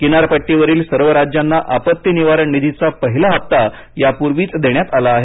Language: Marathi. किनारपट्टीवरील सर्व राज्यांना आपत्ती निवारण निधीचा पहिला हप्ता यापूर्वीच देण्यात आला आहे